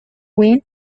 wing